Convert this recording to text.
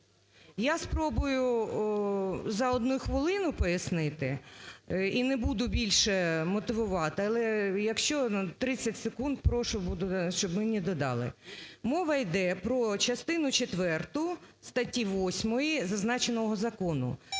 Я спробую за одну хвилину пояснити і не буду більше мотивувати, але якщо… 30 секунд прошу щоб мені додали. Мова йде про частину четверту статті 8 зазначеного закону.